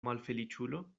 malfeliĉulo